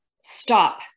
stop